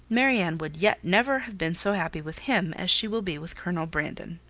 marianne would yet never have been so happy with him, as she will be with colonel brandon.